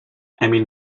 emil